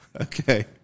okay